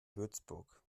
würzburg